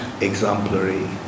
exemplary